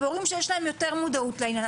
והורים שיש להם יותר מודעות לעניין.